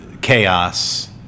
chaos